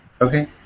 Okay